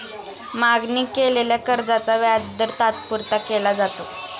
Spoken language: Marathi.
मागणी केलेल्या कर्जाचा व्याजदर तात्पुरता केला जातो